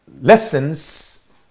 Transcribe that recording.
lessons